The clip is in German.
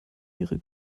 ihre